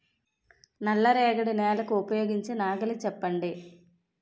నల్ల రేగడి నెలకు ఉపయోగించే నాగలి చెప్పండి?